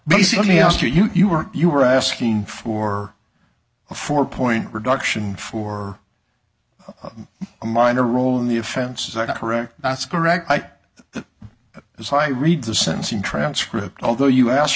basically asked you you were you were asking for a four point reduction for a minor role in the offense is a correct that's correct that as i read the sentencing transcript although you asked